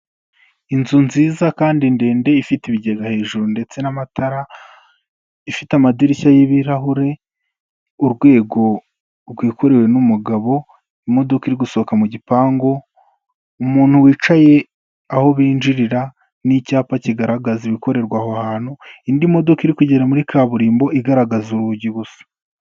Inzu nziza kandi ndende ifite ibigega hejuru ndetse n'amatara, ifite amadirishya y'ibirahure, urwego rwikorewe n'umugabo, imodoka iri gusohoka mu gipangu, umuntu wicaye aho binjirira n'icyapa kigaragaza ibikorerwa aho hantu, indi modoka iri kugenda muri kaburimbo igaragaza urugi gusa.